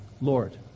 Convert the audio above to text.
Lord